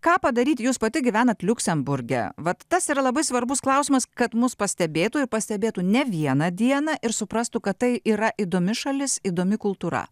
ką padaryti jūs pati gyvenat liuksemburge vat tas yra labai svarbus klausimas kad mus pastebėtų ir pastebėtų ne vieną dieną ir suprastų kad tai yra įdomi šalis įdomi kultūra